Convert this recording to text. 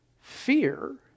fear